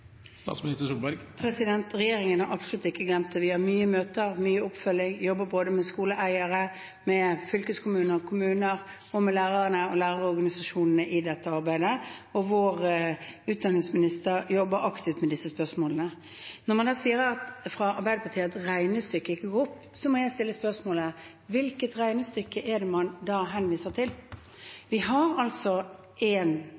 Vi har mange møter og mye oppfølging. Vi jobber både med skoleeiere, med fylkeskommuner og kommuner og med lærerne og lærerorganisasjonene i dette arbeidet, og vår utdanningsminister jobber aktivt med disse spørsmålene. Når man da sier fra Arbeiderpartiet at regnestykket ikke går opp, må jeg stille spørsmålet: Hvilket regnestykke er det man da henviser til? Vi har én modell for å jobbe med det regnestykket, en